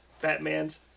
Batman's